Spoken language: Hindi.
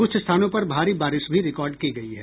कुछ स्थानों पर भारी बारिश भी रिकार्ड की गयी है